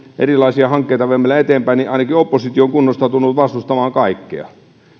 erilaisia hankkeita viemällä eteenpäin niin ainakin oppositio on kunnostautunut vastustamaan kaikkea